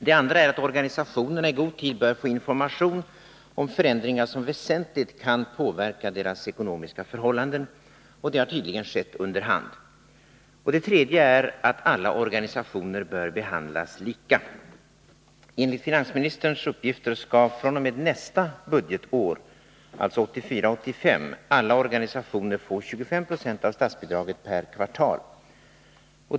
Det andra är att organisationerna i god tid bör få information om förändringar som väsentligt kan påverka deras ekonomiska förhållanden, och det har tydligen skett under hand. Det tredje är att alla organisationer bör behandlas lika. Enligt finansministerns uppgifter skall fr.o.m. nästa budgetår, 1984/85, alla organisationer få 25 20 av statsbidraget per kvartal.